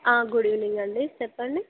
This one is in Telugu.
గుడ్ ఈవెనింగ్ అండి చెప్పండి